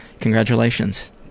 Congratulations